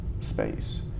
space